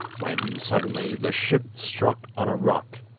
when, suddenly, the ship struck on a rock,